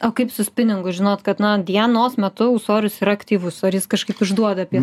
o kaip su spiningu žinot kad na dienos metu ūsorius yra aktyvus ar jis kažkaip išduoda apie